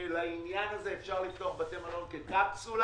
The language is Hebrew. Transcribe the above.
לעניין הזה, אפשר לפתוח בתי מלון כקפסולה.